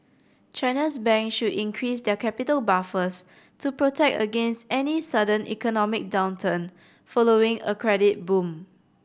China's bank should increase their capital buffers to protect against any sudden economic downturn following a credit boom